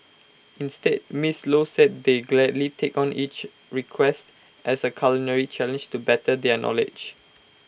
instead miss low said they gladly take on each request as A culinary challenge to better their knowledge